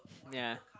yeah